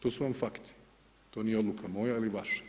To su vam fakti, to nije odluka moja ili vaša.